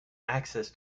access